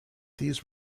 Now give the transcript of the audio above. these